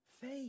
Faith